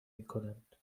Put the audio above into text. میکنند